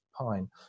pine